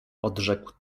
odrzekł